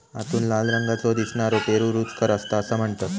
आतून लाल रंगाचो दिसनारो पेरू रुचकर असता असा म्हणतत